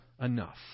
enough